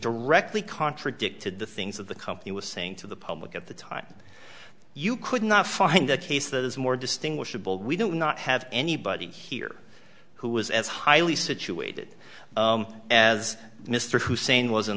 directly contradicted the things that the company was saying to the public at the time you could not find a case that is more distinguishable we do not have anybody here who was as highly situated as mr hussein was in